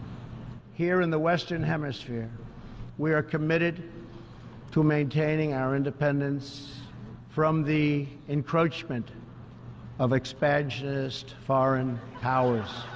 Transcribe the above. here in the western hemisphere we are committed to maintaining our independence from the encroachment of expansionist foreign powers.